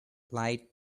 lied